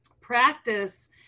practice